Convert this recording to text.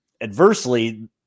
Adversely